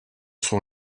sont